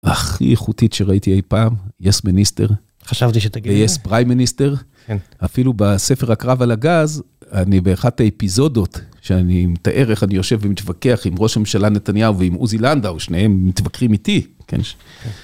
הכי איכותית שראיתי אי פעם, יס מניסטר. חשבתי שתגידי. ויס פריימניסטר. כן. אפילו בספר הקרב על הגז, אני באחת האפיזודות, שאני מתאר איך אני יושב ומתווכח עם ראש הממשלה נתניהו ועם עוזי לנדאו, שניהם מתווכחים איתי.